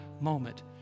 moment